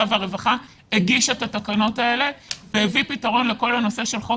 והרווחה הגיש את התקנות האלה והביא פתרון לכל הנושא של חוק